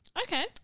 Okay